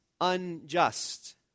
unjust